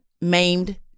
maimed